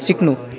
सिक्नु